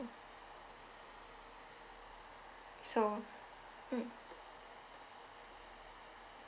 so mm